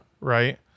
Right